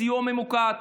סיוע ממוקד.